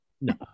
no